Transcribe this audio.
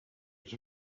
but